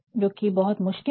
जोकि बहुत मुश्किल है